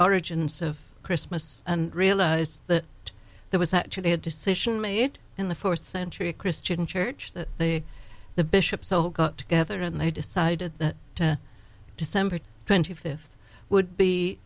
origins of christmas and realized that there was actually a decision made in the fourth century christian church that the the bishops so got together and they decided to december twenty fifth would be